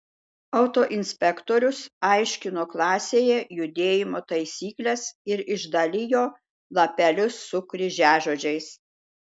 autoinspektorius aiškino klasėje judėjimo taisykles ir išdalijo lapelius su kryžiažodžiais